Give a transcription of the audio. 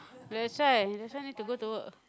yeah that's why that's why need to go to work